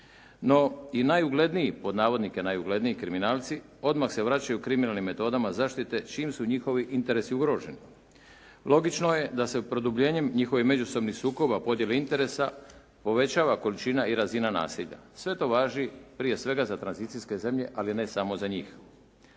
imovine. No, i "najugledniji" kriminalci odmah se vraćaju kriminalnim metodama zaštite čim su njihovi interesi ugroženi. Logično je da se produbljenjem njihovih međusobnih sukoba, podijele interesa povećava količina i razina nasilja. Sve to važi prije svega za tranzicijske zemlje ali ne samo za njih.